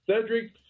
Cedric